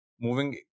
moving